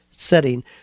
setting